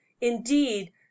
Indeed